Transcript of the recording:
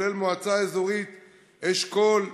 כולל מועצה אזורית אשכול,